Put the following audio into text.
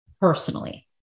personally